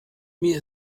mir